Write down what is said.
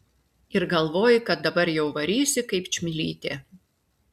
ir galvoji kad dabar jau varysi kaip čmilytė